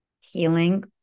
healing